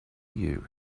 you